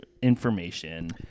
information